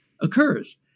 occurs